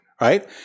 Right